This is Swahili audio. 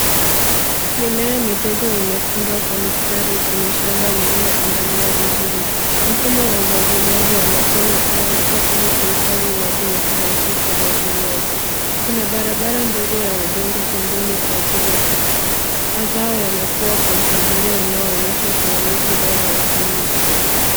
Mimea midogo imepandwa kwa mstari kwenye shamba lililoandaliwa vizuri. Mfumo wa umwagiliaji wa matone umewekwa ili kuhifadhi maji na kurahisisha umwagiliaji. Kuna barabara ndogo ya udongo pembeni kwa ajili ya kupita. Mazao yanakuwa kwa mpangilio unaoonyesha usimamizi bora wa kilimo.